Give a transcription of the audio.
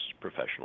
professional